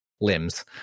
limbs